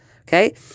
Okay